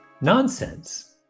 nonsense